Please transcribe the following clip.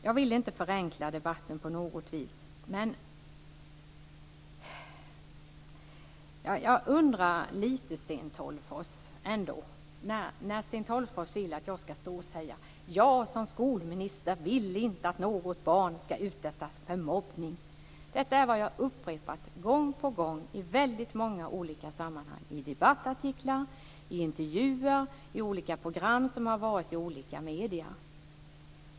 Jag vill inte förenkla debatten på något vis, men jag måste ändå säga att jag lite grann undrar över det Sten Tolgfors säger. Han vill att jag ska stå och säga att jag som skolminister inte vill att något barn ska utsättas för mobbning. Detta är vad jag har upprepat gång på gång i väldigt många olika sammanhang - i debattartiklar, i intervjuer och i olika program i olika medier.